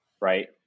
right